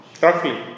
Roughly